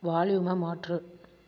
வால்யூமை மாற்று